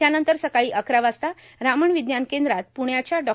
त्यानंतर सकाळी अकरा वाजता रामन र्विज्ञान कद्रात प्ण्याच्या डॉ